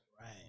Right